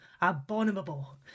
abominable